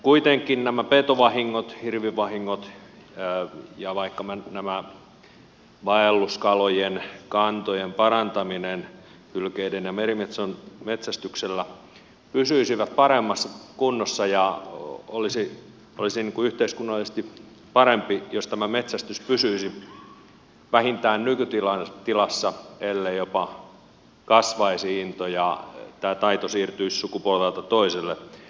kuitenkin petovahingot hirvivahingot pysyisivät paremmin aisoissa ja vaikkapa tämä vaelluskalojen kantojen parantaminen hylkeiden ja merimetson metsästyksellä paremmassa kunnossa ja olisi yhteiskunnallisesti parempi jos metsästys pysyisi vähintään nykytilassa ellei jopa into kasvaisi ja tämä taito siirtyisi sukupolvelta toiselle